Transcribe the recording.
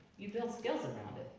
you build skills around it.